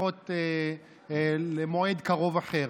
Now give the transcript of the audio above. לפחות למועד קרוב אחר.